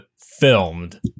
filmed